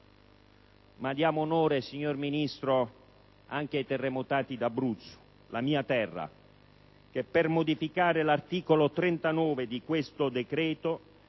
Ma diamo onore, signor Ministro, anche ai terremotati d'Abruzzo, la mia terra, che per modificare l'articolo 39 di questo decreto